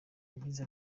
yagize